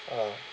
ah